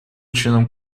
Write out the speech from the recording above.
членам